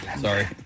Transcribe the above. Sorry